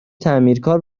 تعمیرکار